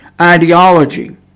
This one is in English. ideology